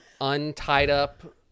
untied-up